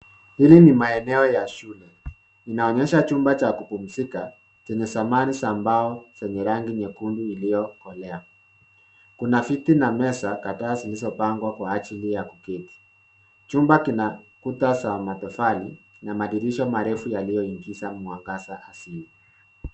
Huyu ni maeneo ya shule inaonyesha chumba cha kupumzika chenye samani za mbao zenye rangi nyekundu iliyokolea. Kuna viti na meza kadhaa zilizopangwa kwa ajili ya kuketi. Chumba kina kuta za matofali na madirisha marefu yaliyoingiza mwangaza asili.